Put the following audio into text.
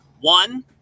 One